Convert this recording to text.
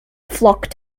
flock